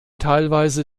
teilweise